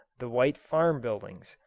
the white farm buildings,